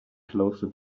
closer